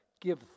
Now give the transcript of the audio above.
give